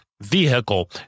vehicle